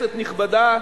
כנסת נכבדה,